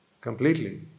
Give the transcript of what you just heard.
completely